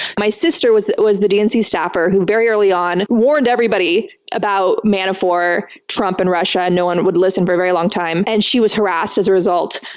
my sister was was the dnc staffer who, very early on, warned everybody about manafort, trump and russia. and no one would listen for a very long time, and she was harassed as a result.